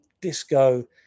disco